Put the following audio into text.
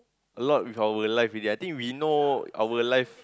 a lot with our life already I think we know our life